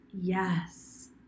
yes